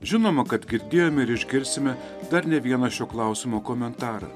žinoma kad girdėjome ir išgirsime dar ne vieną šio klausimo komentarą